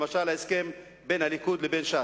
למשל ההסכם בין הליכוד לבין ש"ס.